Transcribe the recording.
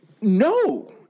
No